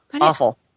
Awful